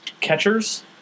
catchers